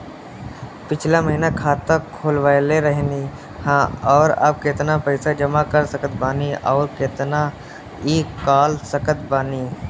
पिछला महीना खाता खोलवैले रहनी ह और अब केतना पैसा जमा कर सकत बानी आउर केतना इ कॉलसकत बानी?